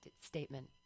statement